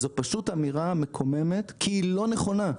זו פשוט אמירה מקוממת כי היא לא נכונה,